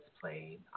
played